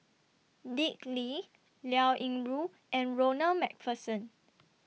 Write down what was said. Dick Lee Liao Yingru and Ronald MacPherson